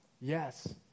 Yes